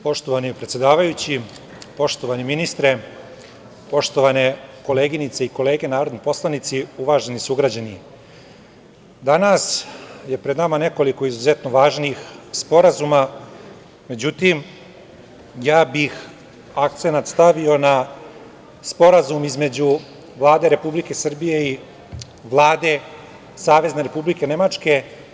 Poštovani predsedavajući, poštovani ministre, poštovane koleginice i kolege narodni poslanici, uvaženi sugrađani, danas je pred nama nekoliko izuzetno važnih sporazuma, međutim ja bih akcenat stavio na Sporazum između Vlada Republike Srbije i Vlade Savezne Republike Nemačke.